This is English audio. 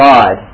God